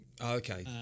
Okay